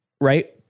right